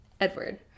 Edward